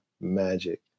magic